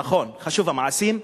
נכון, חשובים המעשים.